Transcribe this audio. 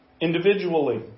Individually